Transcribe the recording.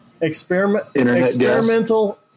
Experimental